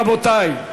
רבותי,